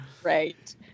Right